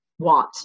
want